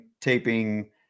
taping